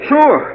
Sure